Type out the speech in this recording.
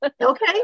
Okay